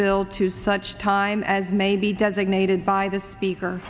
bill to such time as may be designated by the speaker